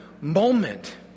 moment